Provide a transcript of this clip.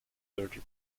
dirty